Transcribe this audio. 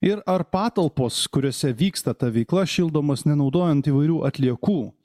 ir ar patalpos kuriose vyksta ta veikla šildomos nenaudojant įvairių atliekų